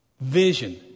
vision